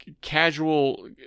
casual